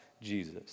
Jesus